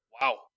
Wow